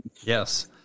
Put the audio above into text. Yes